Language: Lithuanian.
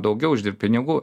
daugiau uždirb pinigų